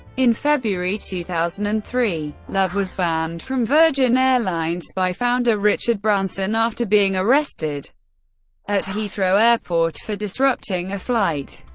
in february two thousand and three, love was banned from virgin airlines by founder richard branson after being arrested at heathrow airport for disrupting a flight.